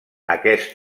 aquest